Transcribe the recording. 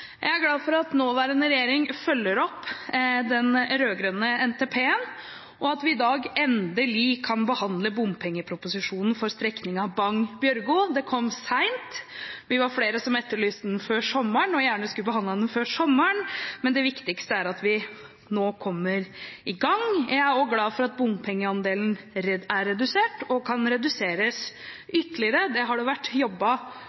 Jeg er glad for at nåværende regjering følger opp den rød-grønne NTP-en, og at vi i dag endelig kan behandle bompengeproposisjonen for strekningen Bagn–Bjørgo. Det kom sent. Vi var flere som etterlyste den før sommeren, og som gjerne skulle ha behandlet den før sommeren, men det viktigste er at vi nå kommer i gang. Jeg er også glad for at bompengeandelen er redusert – og kan reduseres ytterligere. Det har det tverrpolitisk vært jobbet